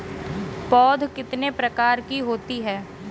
पौध कितने प्रकार की होती हैं?